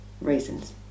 reasons